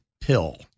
pill